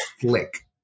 flick